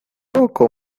poco